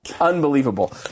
Unbelievable